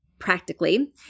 practically